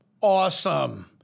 Awesome